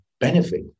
benefit